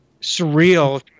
surreal